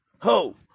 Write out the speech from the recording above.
Ho